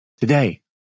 Today